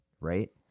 right